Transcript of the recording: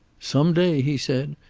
some day, he said,